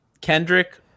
Kendrick